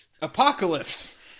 Apocalypse